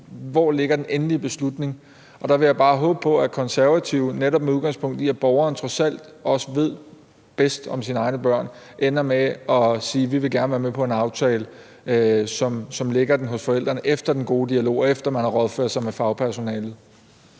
hvor den endelige beslutning ligger, og der vil jeg bare håbe på, at Konservative, netop med udgangspunkt i at borgeren trods alt også ved bedst i forhold til sine egne børn, ender med at sige: Vi vil gerne være med i en aftale, som lægger beslutningen hos forældrene efter den gode dialog, og efter at man har rådført sig med fagpersonalet.